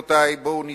רבותי, בואו נזכור,